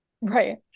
Right